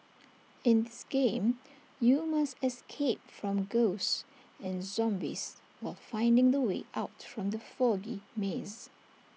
in this game you must escape from ghosts and zombies while finding the way out from the foggy maze